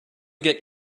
get